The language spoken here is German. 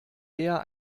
eher